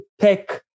tech